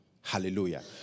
Hallelujah